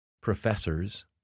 professors